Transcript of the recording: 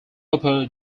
upper